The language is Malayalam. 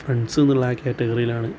ഫ്രണ്ട്സ് എന്ന് ഉള്ള ആ കാറ്റഗറിയിലാണ്